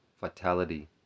vitality